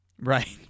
Right